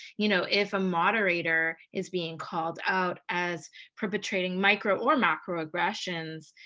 you know if a moderator is being called out as perpetrating micro or macroaggressions,